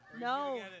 No